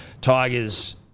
Tigers